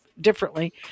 differently